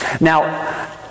Now